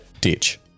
ditch